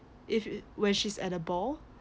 if it when she's at the ball